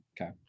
okay